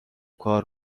کار